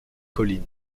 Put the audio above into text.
collines